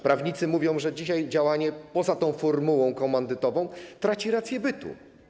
Prawnicy mówią, że dzisiaj działanie poza formułą komandytową traci rację bytu.